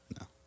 No